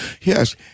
Yes